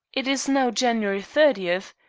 it is now january thirtieth.